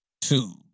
Two